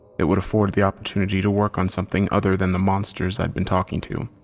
it would afford the opportunity to work on something other than the monsters i'd been talking to.